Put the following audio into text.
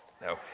No